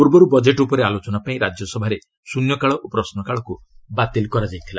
ପୂର୍ବରୁ ବଜେଟ୍ ଉପରେ ଆଲୋଚନା ପାଇଁ ରାଜ୍ୟସଭାରେ ଶ୍ରନ୍ୟକାଳ ଓ ପ୍ରଶ୍ନ କାଳକୁ ବାତିଲ କରାଯାଇଥିଲା